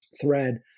thread